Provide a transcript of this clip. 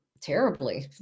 terribly